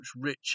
rich